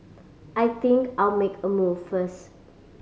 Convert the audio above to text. I think I'll make a move first